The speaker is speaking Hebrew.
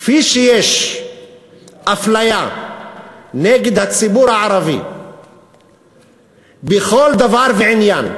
כפי שיש אפליה נגד הציבור הערבי בכל דבר ועניין,